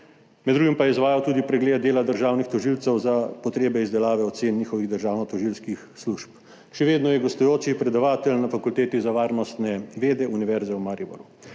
med drugim pa je izvajal tudi preglede dela državnih tožilcev za potrebe izdelave ocen njihovih državno tožilskih služb. Še vedno je gostujoči predavatelj na Fakulteti za varnostne vede Univerze v Mariboru.